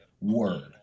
word